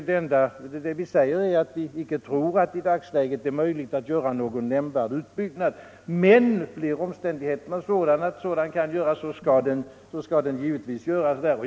Det vi säger är att vi inte tror att det i dagsläget är möjligt att göra någon nämnvärd utbyggnad, men medger omständigheterna det, skall sådan utbyggnad givetvis göras.